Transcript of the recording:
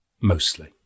mostly